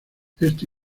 esto